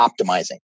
optimizing